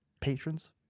patrons